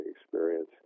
experience